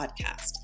podcast